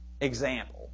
example